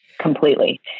completely